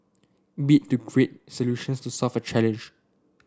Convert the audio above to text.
bit to create solutions to solve a challenge